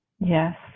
Yes